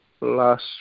last